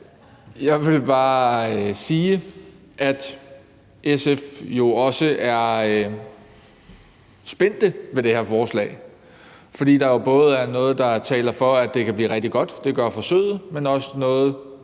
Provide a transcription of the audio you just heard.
Jeg vil bare sige, at SF jo også er spændt på det her forslag, fordi der jo både er noget, der taler for, at det kan blive rigtig godt – det gør forsøget – men også noget,